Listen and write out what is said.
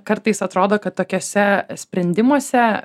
kartais atrodo kad tokiuose sprendimuose